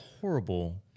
horrible